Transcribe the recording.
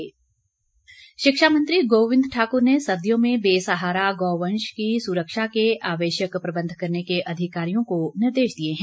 गोविंद शिक्षामंत्री गोविंद ठाकुर ने सर्दियों में बेसहारा गौवंश की सुरक्षा के आवश्यक प्रबन्ध करने के अधिकारियों को निर्देश दिए हैं